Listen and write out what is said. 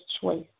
choice